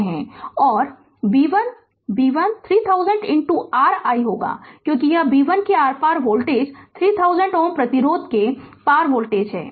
और b 1 b 1 3000 r i होगा क्योंकि यह b 1 के आर पार वोल्टेज 3000 ओम प्रतिरोध के पार वोल्टेज है